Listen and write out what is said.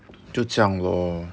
就这样 lor